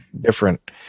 different